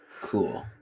cool